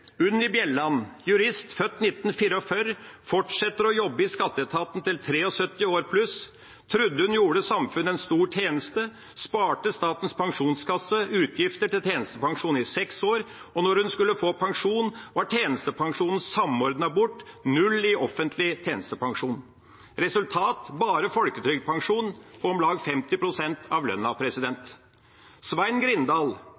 Unni Bjelland, jurist, født i 1944, fortsatte å jobbe i skatteetaten til hun ble 73 år. Hun trodde hun gjorde samfunnet en stor tjeneste, sparte Statens pensjonskasse for utgifter til tjenestepensjon i seks år, men da hun skulle få pensjon, var tjenestepensjonen samordnet bort – null i offentlig tjenestepensjon! Resultat: bare folketrygdpensjon, på om lag 50 pst. av lønna.